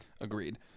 Agreed